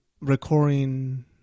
recording